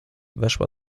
weszła